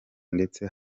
ndetse